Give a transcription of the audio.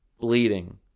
bleeding